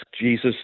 Jesus